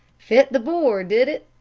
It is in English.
fit the bore, did it?